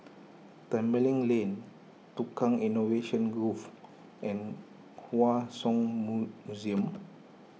Tembeling Lane Tukang Innovation Grove and Hua Song Museum